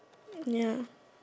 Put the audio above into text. ya